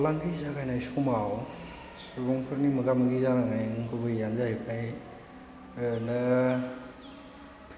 फालांगि जागायनाय समाव सुबुंफोरनि मोगा मोगि जानांनायनि गुबैयानो जाहैबाय ओरैनो